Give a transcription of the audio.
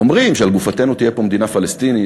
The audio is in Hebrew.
אומרים שעל גופתנו תהיה פה מדינה פלסטינית,